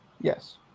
Yes